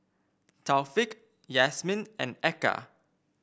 Taufik Yasmin and Eka